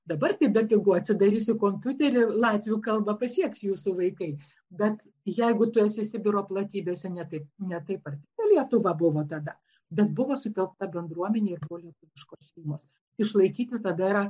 dabar tai bepigu atsidarysi kompiuterį latvių kalbą pasieks jūsų vaikai bet jeigu tu esi sibiro platybėse ne taip ne taip arti lietuva buvo tada bet buvo sutelkta bendruomenė ir buvo lietuviškos šeimos išlaikyti tada yra